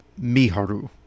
miharu